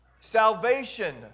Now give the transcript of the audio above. salvation